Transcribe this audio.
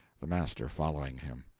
the master following him.